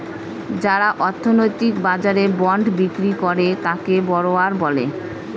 যারা অর্থনৈতিক বাজারে বন্ড বিক্রি করে তাকে বড়োয়ার বলে